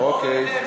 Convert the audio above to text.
אוקיי.